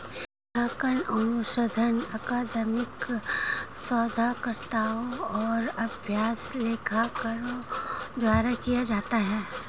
लेखांकन अनुसंधान अकादमिक शोधकर्ताओं और अभ्यास लेखाकारों द्वारा किया जाता है